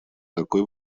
такой